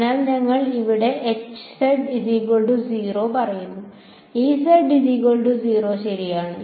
അതിനാൽ ഞങ്ങൾ ഇവിടെ പറയുന്നു ശരിയാണ്